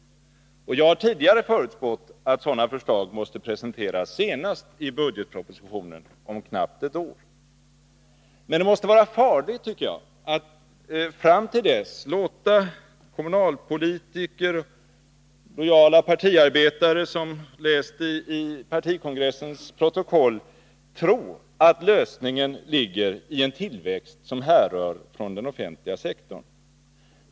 Jag har tidigare förutspått att förslag därom måste presenteras senast i budgetpropositionen om knappt ett år. Det måste vara farligt, tycker jag, att fram till dess låta kommunalpolitiker och lojala partiarbetare, som läst partikongressens protokoll, tro att lösningen ligger i en tillväxt som härrör från den offentliga sektorn.